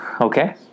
Okay